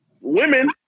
women